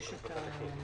גבוהה.